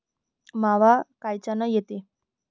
मावा कायच्यानं येते?